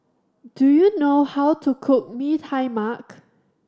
do you know how to cook Mee Tai Mak